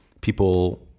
people